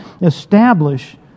establish